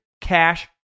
cash